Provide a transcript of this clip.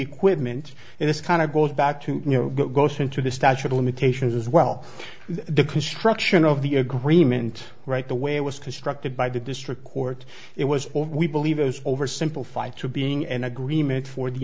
equipment and this kind of goes back to you know what goes into the statute of limitations as well the construction of the agreement right the way it was constructed by the district court it was we believe it was over simplified to being an agreement for the